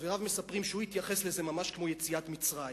חבריו מספרים שהוא התייחס לזה ממש כמו ליציאת מצרים,